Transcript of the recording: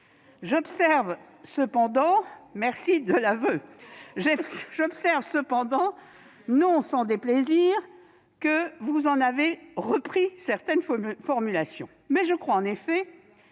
J'observe cependant, non sans plaisir, que vous en avez repris certaines formulations. Je crois toutefois,